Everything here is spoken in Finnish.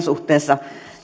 suhteessa